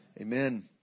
Amen